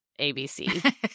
ABC